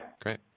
Great